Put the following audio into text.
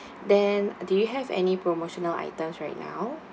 then do you have any promotional items right now